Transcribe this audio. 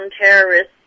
terrorists